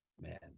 man